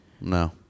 No